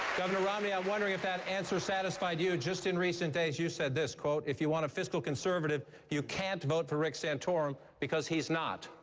governor romney, i'm wondering if that answer satisfied you? just in recent days you said this, quote, if you want a fiscal conservative, you can't vote for rick santorum because he's not.